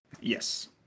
yes